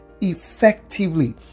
effectively